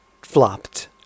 flopped